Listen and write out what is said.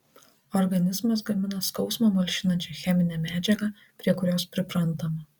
organizmas gamina skausmą malšinančią cheminę medžiagą prie kurios priprantama